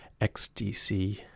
xdc